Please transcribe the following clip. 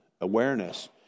awareness